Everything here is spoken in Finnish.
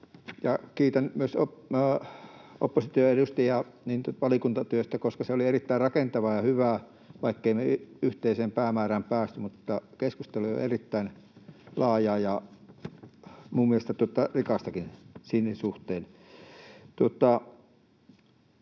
Kiitän myös oppositioedustajia valiokuntatyöstä, koska se oli erittäin rakentavaa ja hyvää. Vaikkei me yhteiseen päämäärään päästy, keskustelu oli erittäin laajaa ja minun mielestäni rikastakin sen suhteen.